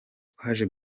twaje